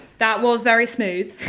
that was very smooth.